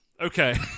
Okay